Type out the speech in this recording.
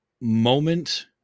moment